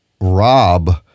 rob